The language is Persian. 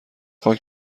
خاک